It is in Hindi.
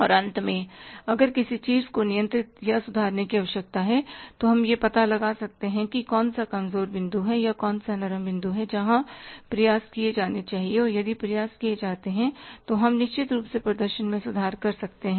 और अंत में अगर किसी चीज को नियंत्रित या सुधारने की आवश्यकता है तो हम यह पता लगा सकते हैं कि कौन सा कमजोर बिंदु है या कौन सा नरम बिंदु है जहां प्रयास किए जाने चाहिए और यदि प्रयास किए जाते हैं तो हां हम निश्चित रूप से प्रदर्शन में सुधार कर सकते हैं